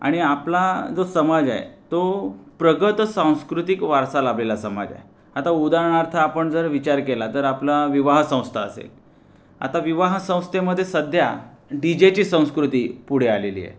आणि आपला जो समाज आहे तो प्रगत सांस्कृतिक वारसा लाभलेला समाज आहे आता उदाहरणार्थ आपण जर विचार केला तर आपला विवाह संस्था असेल आता विवाह संस्थेमध्ये सध्या डीजेची संस्कृती पुढे आलेली आहे